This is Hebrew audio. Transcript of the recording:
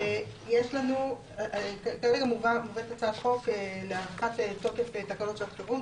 כרגע מובאת הצעת חוק להארכת תוקף תקנות שעת חירום.